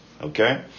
Okay